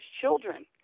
children